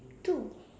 two